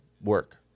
work